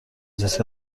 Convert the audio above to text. زیست